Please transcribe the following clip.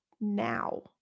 now